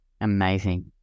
amazing